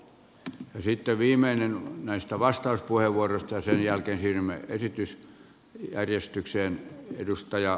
sitten viimeinen näistä vastauspuheenvuoroista ja sen jälkeen siirrymme puhujalistaan